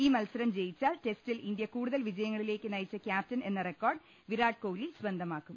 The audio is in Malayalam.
ഈ മത്സരം ജയി ച്ചാൽ ടെസ്റ്റിൽ ഇന്ത്യയെ കൂടുതൽ വിജയങ്ങളിലേക്ക് നയിച്ച ക്യാപ്റ്റൻ എന്ന റെക്കോർഡ് വിരാട് കോഹ്ലി സ്വന്തമാക്കും